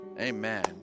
Amen